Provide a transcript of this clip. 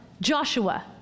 Joshua